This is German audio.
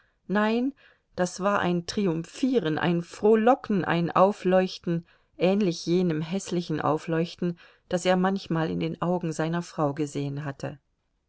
nein das war ein triumphieren ein frohlocken ein aufleuchten ähnlich jenem häßlichen aufleuchten das er manchmal in den augen seiner frau gesehen hatte